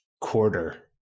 quarter